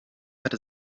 hatte